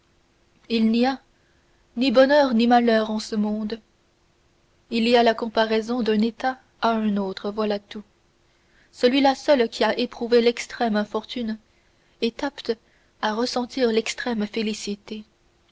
il n'y a ni bonheur ni malheur en ce monde il y a la comparaison d'un état à un autre voilà tout celui-là seul qui a éprouvé l'extrême infortune est apte à ressentir l'extrême félicité